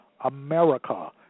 America